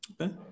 okay